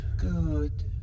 Good